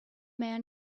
man